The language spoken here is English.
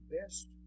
best